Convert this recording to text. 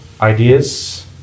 ideas